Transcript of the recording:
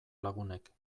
lagunek